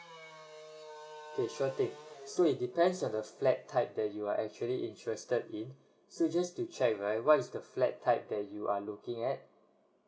okay sure thing so it depends on the flat type that you are actually interested in so just to check right what is the flat type that you are looking at